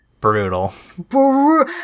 Brutal